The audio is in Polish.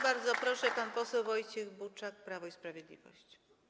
Bardzo proszę, pan poseł Wojciech Buczak, Prawo i Sprawiedliwość.